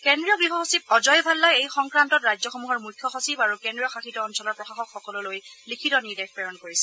কেন্দ্ৰীয় গৃহ সচিব অজয় ভাল্লাই এই সংক্ৰান্তত ৰাজ্যসমূহৰ মুখ্য সচিব আৰু কেন্দ্ৰীয় শাসিত অঞ্চলৰ প্ৰশাসকসকললৈ লিখিত নিৰ্দেশ প্ৰেৰণ কৰিছে